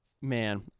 man